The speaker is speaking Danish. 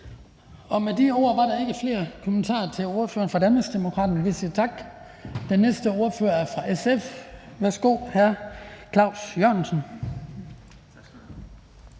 Med de ord er der ikke flere kommentarer til ordføreren for Danmarksdemokraterne. Vi siger tak. Den næste ordfører er fra SF. Værsgo, hr. Claus Jørgensen.